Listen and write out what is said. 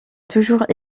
toujours